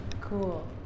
Cool